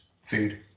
food